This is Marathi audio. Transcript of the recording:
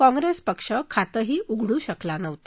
काँग्रेस पक्ष खातंही उघडू शकला नव्हता